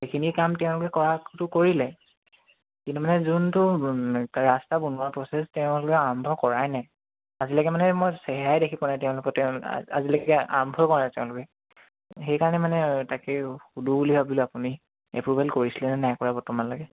সেইখিনি কাম তেওঁলোকে কৰাটো কৰিলে কিন্তু মানে যোনটো ৰাস্তা বনোৱা প্ৰচেছ তেওঁলোকে আৰম্ভ কৰাই নাই আজিলেকে মানে মই চেহেৰাই দেখি পোৱা নাই তেওঁলোকে তেওঁ আজিলৈকে আৰম্ভই কৰা নাই তেওঁলোকে সেইকাৰণে মানে তাকে সোধোঁ বুলি ভাবিলোঁ আপুনি এপ্ৰোভেল কৰিছিলেনে নাই কৰা বৰ্তমানলৈকে